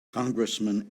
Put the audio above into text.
congressman